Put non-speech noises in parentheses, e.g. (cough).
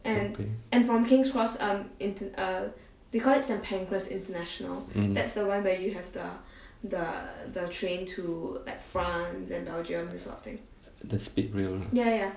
okay mm (noise) the speed rail ah